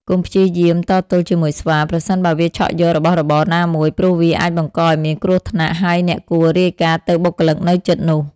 កុំព្យាយាមតទល់ជាមួយស្វា ប្រសិនបើវាឆក់យករបស់របរណាមួយ ព្រោះវាអាចបង្កឱ្យមានគ្រោះថ្នាក់ ហើយអ្នកគួររាយការណ៍ទៅបុគ្គលិកនៅជិតនោះ។